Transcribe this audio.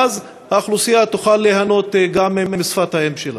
ואז האוכלוסייה תוכל ליהנות גם משפת האם שלה.